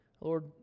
Lord